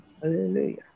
Hallelujah